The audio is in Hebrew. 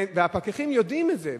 והפקחים יודעים את זה.